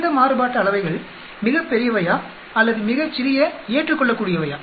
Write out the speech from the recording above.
இந்த மாறுபாட்டு அளவைகள் மிகப் பெரியவையா அல்லது மிகச் சிறிய ஏற்றுக்கொள்ளக்கூடியவையா